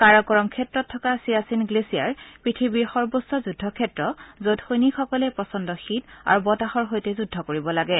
কাৰাকোৰম ক্ষেত্ৰত থকা চিয়াচীন গ্লেচিয়াৰ পৃথিৱী সৰ্বোচ্চ যুদ্ধ ক্ষেত্ৰ যত সৈনিকসকলে প্ৰচণ্ড শীত আৰু বতাহৰ সৈতে যুদ্ধ কৰিব লাগে